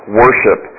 worship